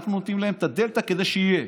אנחנו נותנים להם את הדלתא כדי שיהיה,